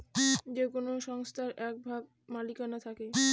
যে কোনো সংস্থার এক ভাগ মালিকানা থাকে